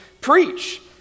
preach